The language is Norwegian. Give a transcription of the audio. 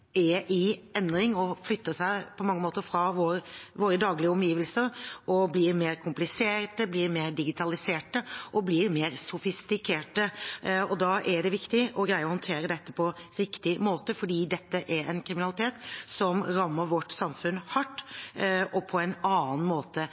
er i endring og på mange måter flytter seg over fra våre daglige omgivelser. Den blir mer komplisert, mer digitalisert og mer sofistikert. Da er det viktig å greie å håndtere dette på riktig måte, for dette er en kriminalitet som rammer vårt samfunn hardt